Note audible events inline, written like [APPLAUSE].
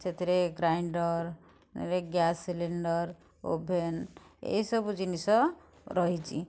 ସେଥିରେ grinder [UNINTELLIGIBLE] gas cylinder oven ଏଇ ସବୁ ଜିନିଷ ରହିଛି